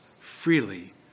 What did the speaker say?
freely